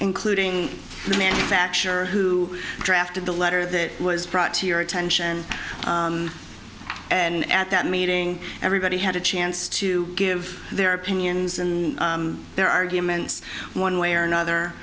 including the manufacturer who drafted the letter that was brought to your attention and at that meeting everybody had a chance to give their opinions and their arguments one way or